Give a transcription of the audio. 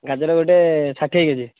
ଗାଜର ଗୋଟେ ଷାଠିଏ କେ ଜି